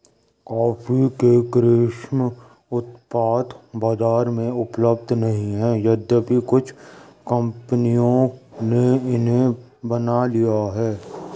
coffee के कृत्रिम उत्पाद बाजार में उपलब्ध नहीं है यद्यपि कुछ कंपनियों ने इन्हें बना लिया है